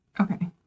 Okay